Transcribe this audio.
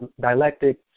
Dialectic